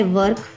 work